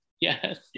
Yes